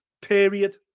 period